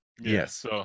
Yes